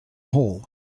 hole